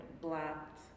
blocked